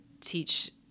teach